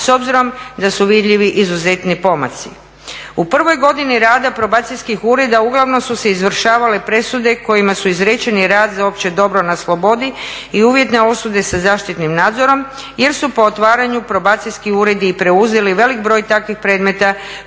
s obzirom da su vidljivi izuzetni pomaci. U prvoj godini rada probacijskih ureda uglavnom su se izvršavale presude kojima su izrečeni rad za opće dobro na slobodi i uvjetne osude sa zaštitnim nadzorom jer su po otvaranju probacijski uredi preuzeli velik broj takvih predmeta